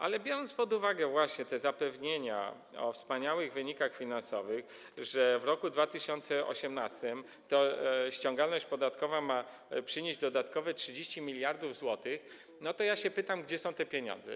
Ale biorąc pod uwagę te zapewnienia o wspaniałych wynikach finansowych, że w roku 2018 ta ściągalność podatkowa ma przynieść dodatkowe 30 mld zł, to ja się pytam, gdzie są te pieniądze.